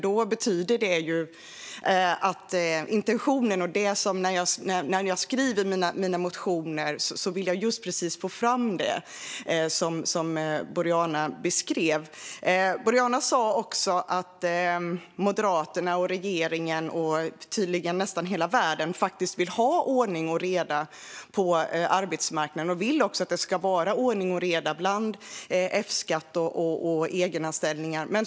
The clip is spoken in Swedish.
Det betyder att intentionen i mina motioner går fram. När jag skriver dem vill jag få fram precis det som Boriana beskrev. Hon sa också att Moderaterna och regeringen, och tydligen också nästan hela världen, vill ha ordning och reda på arbetsmarknaden. De vill också att det ska vara ordning och reda bland F-skatt och egenanställningar, säger Boriana.